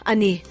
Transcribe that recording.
Ani